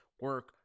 Work